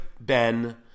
Ben